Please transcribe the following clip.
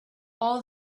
all